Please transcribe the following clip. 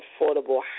affordable